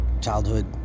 childhood